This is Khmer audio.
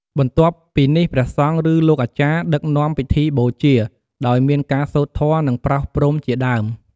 បន្ទាប់ពីនេះព្រះសង្ឃ ឬលោកអាចារ្យដឹកនាំពិធីបូជា ដោយមានការសូត្រធម៌ និងប្រោះព្រំជាដើម។